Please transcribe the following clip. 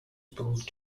pulled